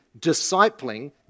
discipling